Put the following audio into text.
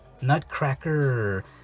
nutcracker